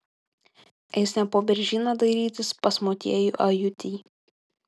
eis ne po beržyną dairytis pas motiejų ajutį